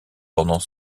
pendant